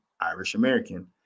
Irish-American